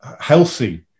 healthy